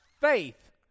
faith